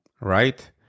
right